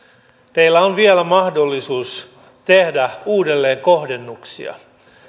teillä on vielä mahdollisuus tehdä uudelleenkohdennuksia